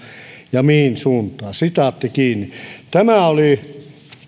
ja mihin suuntaan tämä oli